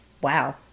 Wow